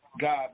God